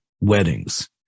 weddings